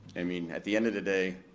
i mean at the end of the day,